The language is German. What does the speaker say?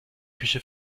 küche